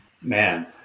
Man